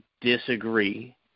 disagree